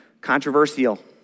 controversial